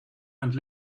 and